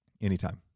Anytime